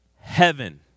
heaven